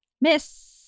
Miss